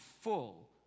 full